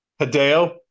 Hideo